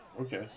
Okay